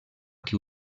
que